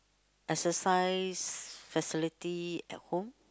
exercise facility at home